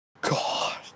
God